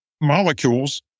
molecules